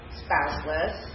spouseless